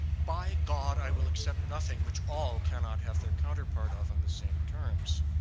by god, i will accept nothing which all cannot have their counterpart of in the same terms.